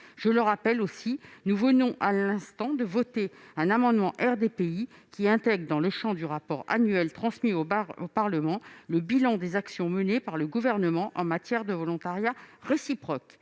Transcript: Je rappelle également que nous venons de voter un amendement du groupe RDPI, qui intègre dans le champ du rapport annuel transmis au Parlement le bilan des actions menées par le Gouvernement en matière de volontariats réciproques.